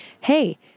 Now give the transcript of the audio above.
hey